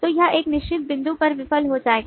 तो यह एक निश्चित बिंदु पर विफल हो जाएगा